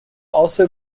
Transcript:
also